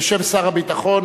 בשם שר הביטחון,